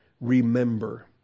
remember